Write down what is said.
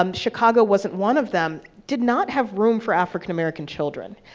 um chicago wasn't one of them, did not have room for african-american children.